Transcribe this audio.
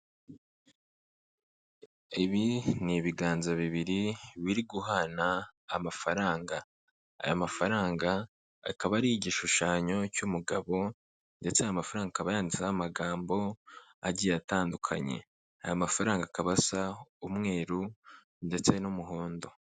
Ibi ni ibiganza bibiri biri guhana amafaranga aya mafaranga akaba ari igishushanyo cy'umugabo ndetse aya mafaranga akaba yanditseho amagambo agiye atandukanye aya mafaranga akaba asa umweru ndetse n'umuhondo.